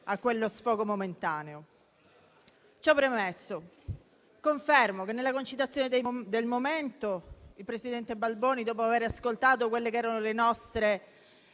a quello sfogo momentaneo. Ciò premesso, confermo che nella concitazione del momento, il presidente Balboni, dopo aver ascoltato la nostra